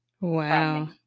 Wow